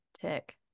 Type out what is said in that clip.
Tick